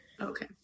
Okay